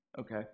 Okay